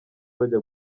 bajya